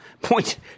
point